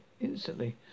instantly